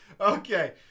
Okay